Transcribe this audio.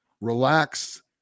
relax